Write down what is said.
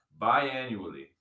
biannually